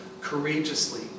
courageously